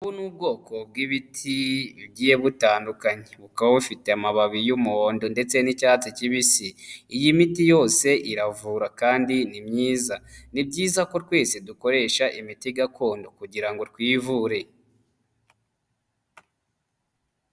Ubu ni ubwoko bw'ibiti bugiye butandukanye, bukaba bufite amababi y'umuhondo ndetse n'icyatsi kibisi, iyi miti yose iravura kandi ni myiza, ni byiza ko twese dukoresha imiti gakondo kugira ngo twivure.